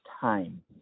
time